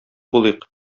булыйк